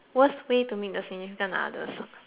significant others